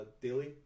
daily